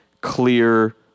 clear